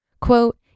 Quote